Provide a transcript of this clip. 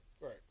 Right